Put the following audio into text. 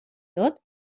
tot